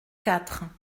quatre